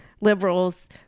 liberals